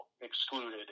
excluded